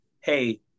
hey